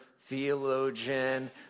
theologian